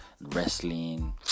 wrestling